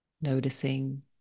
Noticing